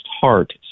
heart